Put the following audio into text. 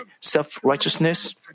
self-righteousness